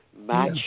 match